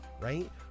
right